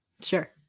sure